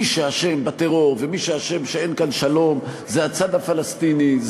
מי שאשם בטרור ומי שאשם שאין כאן שלום זה הצד הפלסטיני,